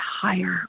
higher